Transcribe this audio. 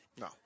No